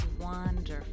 wonderful